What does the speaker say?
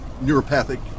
neuropathic